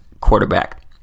quarterback